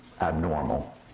abnormal